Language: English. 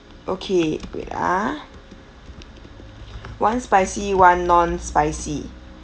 okay wait ah one spicy one non spicy